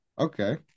Okay